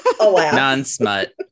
non-smut